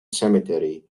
cemetery